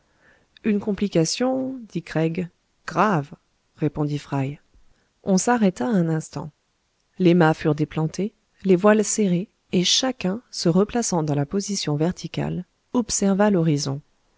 une complication dit craig grave répondit fry on s'arrêta un instant les mâts furent déplantés les voiles serrées et chacun se replaçant dans la position verticale observa l'horizon